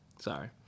sorry